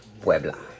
Puebla